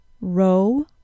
Row